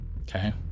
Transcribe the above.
Okay